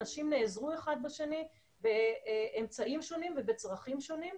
אנשים נעזרו אחד בשני באמצעים שונים ובצרכים שונים.